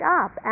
up